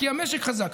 כי המשק חזק.